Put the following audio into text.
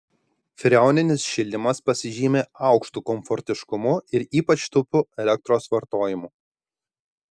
freoninis šildymas pasižymi aukštu komfortiškumu ir ypač taupiu elektros vartojimu